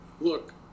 Look